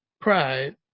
Pride